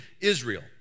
israel